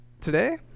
Today